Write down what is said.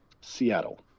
Seattle